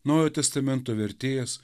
naujojo testamento vertėjas